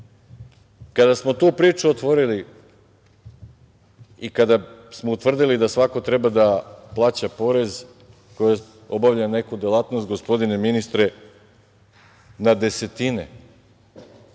smo tu priču otvorili i kada smo utvrdili da svako treba da plaća porez, ko obavlja neku delatnost, gospodine ministre, na desetine